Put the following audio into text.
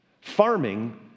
farming